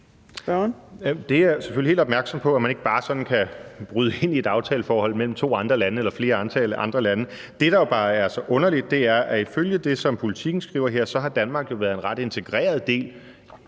Jeg er selvfølgelig helt opmærksom på, at man ikke bare sådan kan bryde ind i et aftaleforhold mellem to eller flere andre lande, men det, der bare er så underligt, er, at ifølge det, som Politiken skriver her, har Danmark været en ret integreret del